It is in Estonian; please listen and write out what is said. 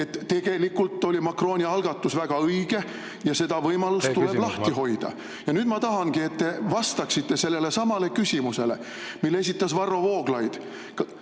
et tegelikult oli Macroni algatus väga õige ja seda võimalust tuleb lahti hoida. Teie küsimus, Mart! Ja nüüd ma tahangi, et te vastaksite sellele samale küsimusele, mille esitas Varro Vooglaid.